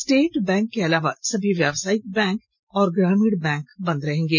state bank के अलावा सभी व्यावसायिक बैंक और ग्रामीण बैंक बंद रहेंगे